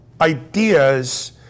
ideas